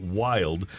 wild